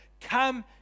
Come